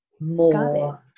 more